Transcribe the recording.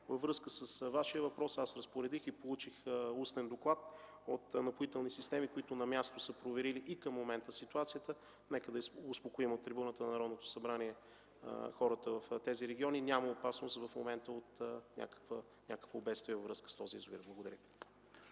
Във връзка с Вашия въпрос аз разпоредих и получих устен доклад от „Напоителни системи”, които на място са проверили и към момента ситуацията. Нека да успокоим от трибуната на Народното събрание хората в тези региони – в момента няма опасност от някакво бедствие във връзка с този язовир. Благодаря.